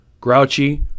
grouchy